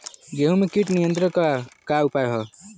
गेहूँ में कीट नियंत्रण क का का उपाय ह?